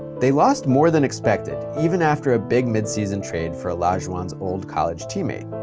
they lost more than expected, even after a big mid-season trade for olajuwon's old college teammate.